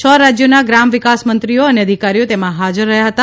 છ રાજ્યોના ગ્રામ વિકાસ મંત્રીઓ અને અધિકારીઓ તેમાં હાજર રહી હતા